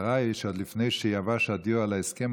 הצרה היא שעוד לפני שיבש הדיו על ההסכם